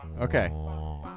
Okay